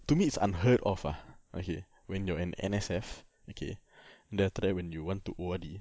to me it's unheard of ah okay when you an N_S_F okay then after that when you want to O_R_D